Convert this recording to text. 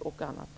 o.d.